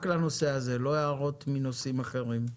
רק לנושא הזה, לא לנושאים אחרים.